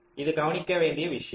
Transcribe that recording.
இது கவனிக்க வேண்டிய விஷயம்